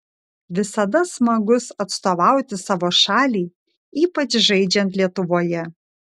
visada smagus atstovauti savo šaliai ypač žaidžiant lietuvoje